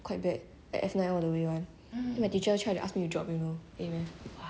quite bad I F nine all the way [one] then my teacher tried to asked me to drop you know A math